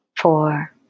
four